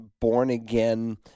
born-again